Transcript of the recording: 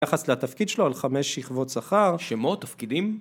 יחס לתפקיד שלו, על חמש שכבות שכר, שמות, תפקידים